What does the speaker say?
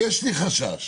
יש לי חשש